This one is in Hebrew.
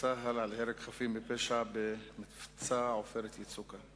צה"ל על הרג חפים מפשע במבצע "עופרת יצוקה":